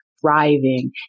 thriving